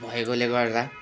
भएकोले गर्दा